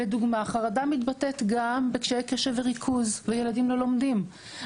לדוגמה: חרדה מתבטאת גם בקשיי קשב וריכוז וילדים לא לומדים.